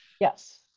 Yes